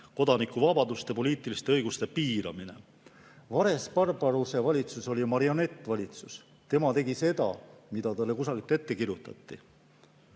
kodanikuvabaduste ja poliitiliste õiguste piiramine. Vares-Barbaruse valitsus oli marionettvalitsus, tema tegi seda, mida talle kusagilt ette kirjutati.